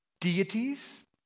Deities